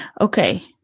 Okay